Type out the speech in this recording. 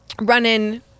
running